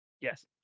Yes